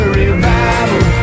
revival